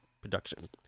production